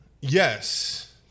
Yes